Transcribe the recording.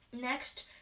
next